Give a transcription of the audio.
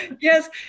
Yes